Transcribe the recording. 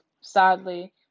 sadly